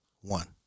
one